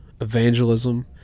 evangelism